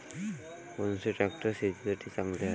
कोनचे ट्रॅक्टर शेतीसाठी चांगले हाये?